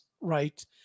right